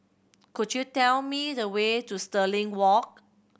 could you tell me the way to Stirling Walk